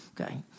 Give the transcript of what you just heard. Okay